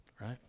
Right